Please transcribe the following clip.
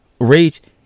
Rate